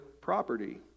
property